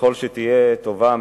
ככל שתהיה טובה,